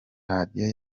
radio